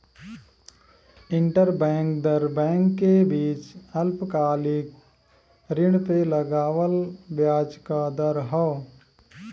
interbank दर bank के बीच अल्पकालिक ऋण पे लगावल ब्याज क दर हौ